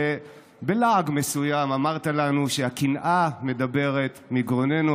ובלעג מסוים אמרת לנו שהקנאה מדברת מגרוננו.